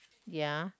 ya